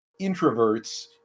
introverts